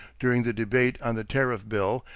during the debate on the tariff bill,